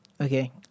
Okay